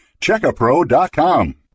Checkapro.com